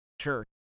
church